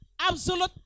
absolute